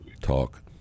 Talk